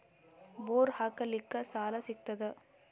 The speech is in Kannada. ಬೋರ್ ಹಾಕಲಿಕ್ಕ ಸಾಲ ಸಿಗತದ?